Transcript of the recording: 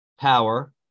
power